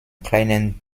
kleinen